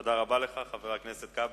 תודה רבה לך, חבר הכנסת כבל.